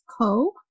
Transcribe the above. Co